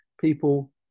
people